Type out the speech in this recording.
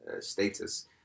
status